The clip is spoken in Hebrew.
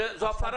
זו הפרה